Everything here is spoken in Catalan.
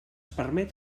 permet